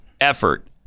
effort